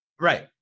Right